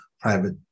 private